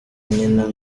nyina